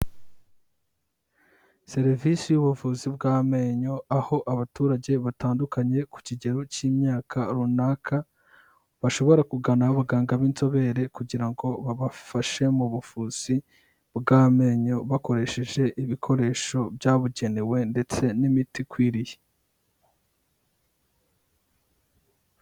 Serivisi y'ubuvuzi bw'amenyo, aho abaturage batandukanye ku kigero cy'imyaka runaka, bashobora kugana abaganga b'inzobere, kugira ngo babafashe mu buvuzi bw'amenyo, bakoresheje ibikoresho byabugenewe ndetse n'imiti ikwiriye.